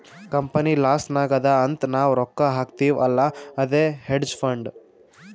company loss ನಾಗ್ ಅದಾ ಅಂತ್ ನಾವ್ ರೊಕ್ಕಾ ಹಾಕ್ತಿವ್ ಅಲ್ಲಾ ಅದೇ ಹೇಡ್ಜ್ ಫಂಡ್